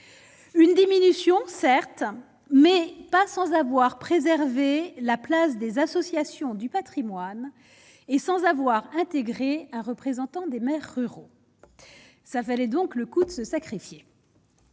une diminution, certes, mais pas sans avoir préservé la place des associations du Patrimoine et sans avoir intégré un représentant des maires ruraux ça valait donc le coup de se sacrifier.